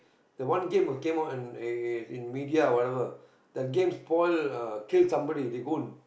the one game was came out in err in media or whatever the game spoil uh kill somebody they go